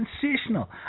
sensational